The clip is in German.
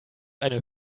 eine